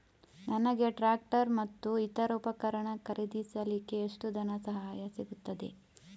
ನನಗೆ ಟ್ರ್ಯಾಕ್ಟರ್ ಮತ್ತು ಇತರ ಉಪಕರಣ ಖರೀದಿಸಲಿಕ್ಕೆ ಎಷ್ಟು ಧನಸಹಾಯ ಸಿಗುತ್ತದೆ?